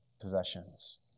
possessions